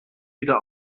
wieder